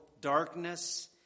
darkness